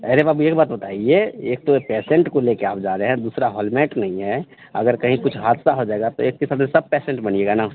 एक बात बताइए एक तो पेशेन्ट को लेकर आप जा रहे हैं दूसरा हेलमेट नहीं है अगर कहीं कुछ हादसा हो जाएगा तो एक के साथ तो सब पेशेन्ट बनिएगा ना